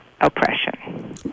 oppression